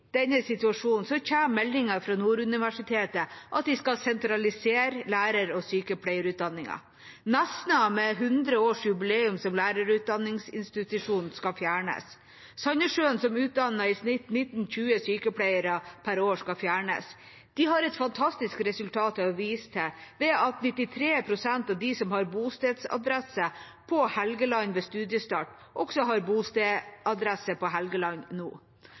denne situasjonen kommer meldinga fra Nord universitet om at de skal sentralisere lærer- og sykepleierutdanningen. Nesna, med hundreårsjubileum som lærerutdanningsinstitusjon, skal fjernes. Sandnessjøen, som utdanner i snitt 19–20 sykepleiere per år, skal fjernes. De har et fantastisk resultat å vise til ved at 93 pst. av dem som har bostedsadresse på Helgeland ved studiestart, også har bostedsadresse på Helgeland nå.